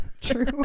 True